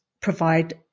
provide